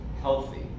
healthy